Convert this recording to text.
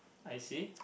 I see